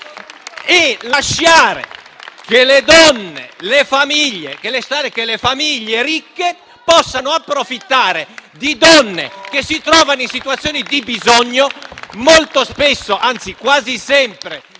e lasciare che le famiglie ricche possano approfittare di donne che si trovano in situazioni di bisogno, molto spesso, anzi quasi sempre,